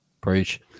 Preach